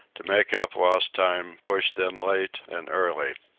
to make up lost time, pushed them late and early.